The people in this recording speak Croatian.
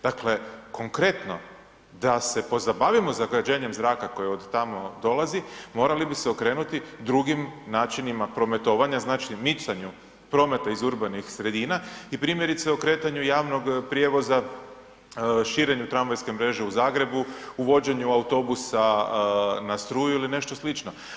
Dakle, konkretno da se pozabavimo zagađenjem zraka koje od tamo dolazi morali bi se okrenuti drugim načinima prometovanja, znači micanju prometa iz urbanih sredina i primjerice okretanju javnog prijevoza širenju tramvajske mreže u Zagrebu, uvođenju autobusa na struju ili nešto slično.